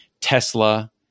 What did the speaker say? tesla